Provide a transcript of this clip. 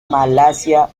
malasia